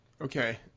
Okay